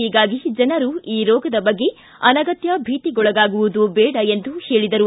ಹೀಗಾಗಿ ಜನರು ಈ ರೋಗದ ಬಗ್ಗೆ ಅನಗತ್ಯ ಭೀತಿಗೊಳಗಾಗುವುದು ಬೇಡ ಎಂದು ಹೇಳಿದರು